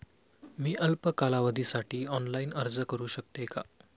मी अल्प कालावधीसाठी ऑनलाइन अर्ज करू शकते का?